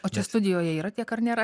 o čia studijoje yra tiek ar nėra